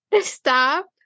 stop